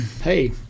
Hey